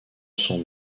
son